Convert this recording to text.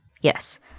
Yes